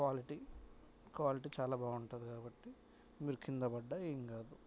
quality quality చాలా బాగుంటుంది కాబట్టి మీరు కింద పడ్డ ఏం కాదు